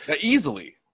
Easily